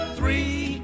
Three